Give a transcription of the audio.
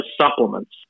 supplements